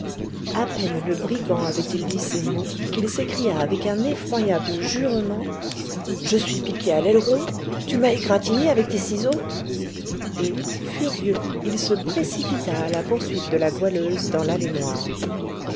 à peine le brigand avait-il dit ces mots qu'il s'écria avec un effroyable jurement je suis piqué à l'aileron tu m'as égratigné avec tes ciseaux et furieux il se précipita à la poursuite de la goualeuse dans l'allée noire